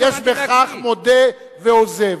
יש בכך מודה ועוזב.